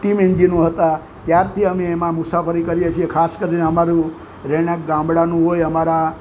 team એન્જિનો હતા ત્યારથી અમે એમાં મુસાફરી કરીએ છીએ ખાસ કરીને અમારું રહેણાંક ગામડાનું હોય અમારા